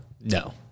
No